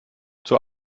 zur